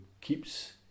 keeps